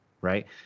Right